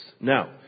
Now